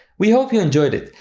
we hope you enjoyed it!